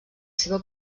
seva